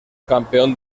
campeón